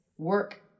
work